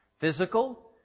Physical